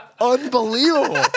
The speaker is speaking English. unbelievable